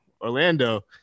orlando